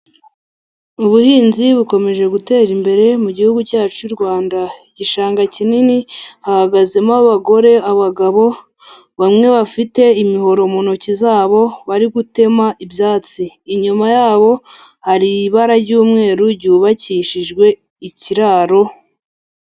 Ubuhinzi bukomeje gutera imbere mu gihugu cyacu cy’u Rwanda. Igishanga kinini, hahagazemo abagore, abagabo, bamwe bafite imihoro mu ntoki zabo, bari gutema ibyatsi. Inyuma yabo, hari ibara ryubakishijwe ikiraro.